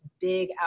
big